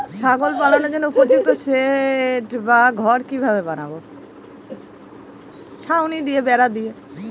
ছাগল পালনের জন্য উপযুক্ত সেড বা ঘর কিভাবে বানাবো?